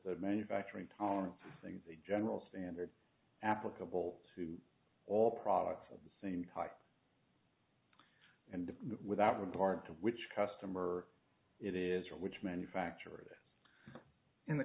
the manufacturing tolerance thing's a general standard applicable to all products of the same type and without regard to which customer it is or which manufacturer it in the